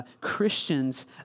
Christians